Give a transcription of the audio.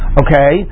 okay